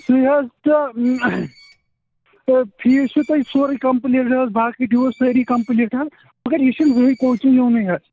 سُے حظ تہٕ تہٕ فیٖس چھُو تۄہہِ سورُے کَمپٕلیٖٹ باقٕے ڈیوٗز سٲری کَمپٕلیٖٹ حظ مگر یہِ چھُنہٕ زٕہٕنۍ کوچِنٛگ یِونےٕ حظ